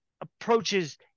approaches